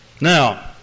Now